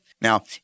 Now